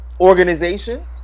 organization